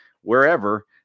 wherever